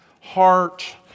heart